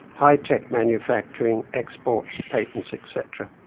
high tech manufacturing, exports, patents, etc.